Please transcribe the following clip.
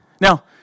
Now